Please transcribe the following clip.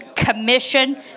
commission